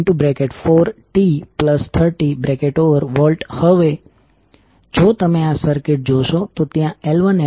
હવે mutual voltage જે Mdidt છે તેની પોલારીટી માટે તે એટલું સરળ નથી કારણ કે હવે તેમાં ચાર ટર્મિનલ્સ શામેલ છે